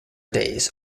days